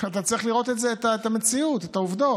אתה צריך לראות את המציאות, את העובדות.